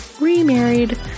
remarried